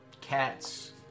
cats